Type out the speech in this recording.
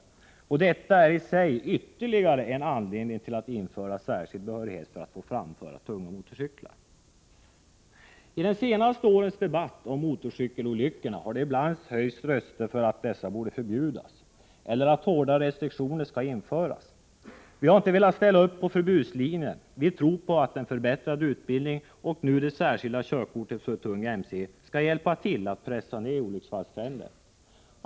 Detta är ytterligare en anledning att införa särskild behörighet för att framföra tunga motorcyklar. I de senaste årens debatt om motorcykelolyckorna har ibland höjts röster för att dessa tunga motorcyklar skall förbjudas eller att hårda restriktioner skall införas. Vi har inte velat ställa upp på förbudslinjen. Vi tror på att en förbättrad utbildning, och nu det särskilda körkortet för tung mc, skall hjälpa till att pressa ned olycksfallstrenden.